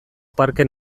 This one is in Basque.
parke